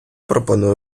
пропоную